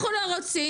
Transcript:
אנחנו לא רוצים,